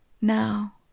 now